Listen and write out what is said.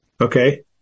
Okay